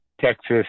Texas